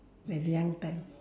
when young time